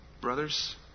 brothers